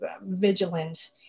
vigilant